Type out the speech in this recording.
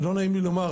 לא נעים לי לומר,